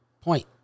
point